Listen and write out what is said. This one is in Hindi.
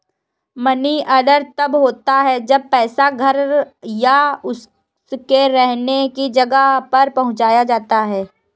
मनी ऑर्डर तब होता है जब पैसा घर या उसके रहने की जगह पर पहुंचाया जाता है